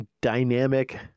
Dynamic